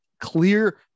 clear